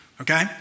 okay